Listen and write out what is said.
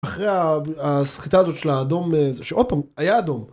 אחרי הסחיטה הזאת של האדום, זה שעוד פעם, היה אדום.